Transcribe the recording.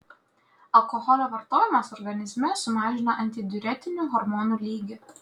alkoholio vartojimas organizme sumažina antidiuretinių hormonų lygį